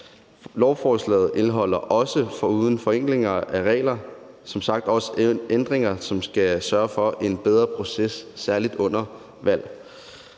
Lovforslaget indeholder som sagt foruden forenklinger af regler også ændringer, som skal sørge for en bedre proces, særlig under valg.